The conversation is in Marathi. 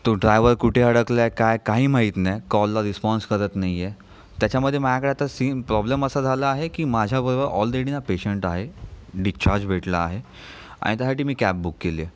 तो ड्राइवर कुठे अडकला आहे काय काही माहित नाही कॉलला रिस्पॉन्स करत नाही आहे त्याच्यामध्ये माझ्याकडे आता सीन प्रॉब्लम असा झाला आहे की माझ्याबरोबर ऑलदेडी ना पेशंट आहे डिच्चार्ज भेटला आहे आणि त्याच्यासाठी मी कॅब बुक केली आहे